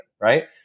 right